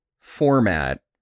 format